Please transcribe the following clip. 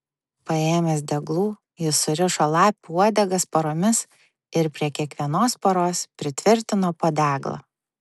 paėmęs deglų jis surišo lapių uodegas poromis ir prie kiekvienos poros pritvirtino po deglą